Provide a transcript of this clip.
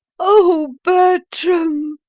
o bertram,